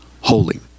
holy